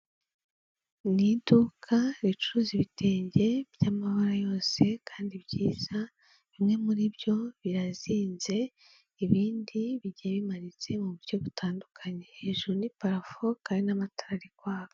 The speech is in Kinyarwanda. Ni iduka ricuruza ibitenge byamabara yose kandi byiza bimwe muri byo birazinze ibindi bigiye bimanitse mu buryo butandukanye, hejuru ni parafo kandi n'amatara ari kwaka.